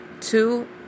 two